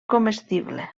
comestible